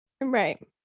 right